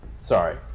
sorry